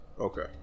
Okay